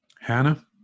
Hannah